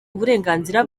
uburenganzira